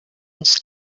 ins